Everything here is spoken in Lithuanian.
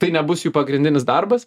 tai nebus jų pagrindinis darbas